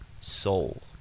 soul